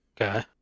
Okay